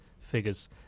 figures